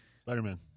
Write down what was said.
Spider-Man